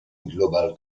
global